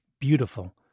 beautiful